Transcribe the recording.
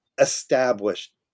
established